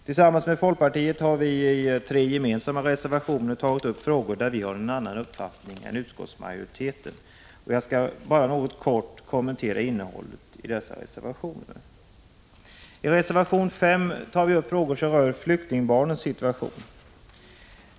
Tillsammans med folkpartiet har vi i tre reservationer tagit upp frågor, där vi har en annan uppfattning än utskottsmajoriteten. Jag skall bara kort kommentera innehållet i dessa reservationer. I reservation 5 tar vi upp frågor som rör flyktingbarnens situation.